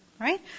Right